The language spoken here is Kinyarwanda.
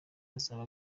azaba